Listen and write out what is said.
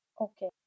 Okay